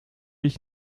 ich